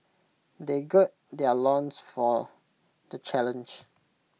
they gird their loins for the challenge